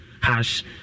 hash